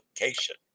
location